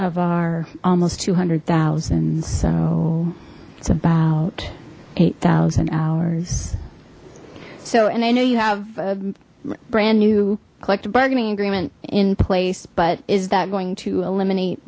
of our almost two hundred thousand so it's about eight thousand hours so and i know you have brand new collective bargaining agreement in place but is that going to eliminate